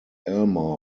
alma